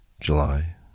July